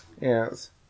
Yes